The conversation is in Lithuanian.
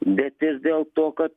bet ir dėl to kad